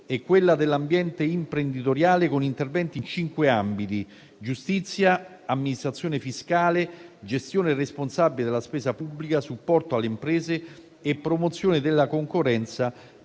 e quella dell'ambiente imprenditoriale, con interventi in cinque ambiti: giustizia, amministrazione fiscale, gestione responsabile della spesa pubblica, supporto alle imprese e promozione della concorrenza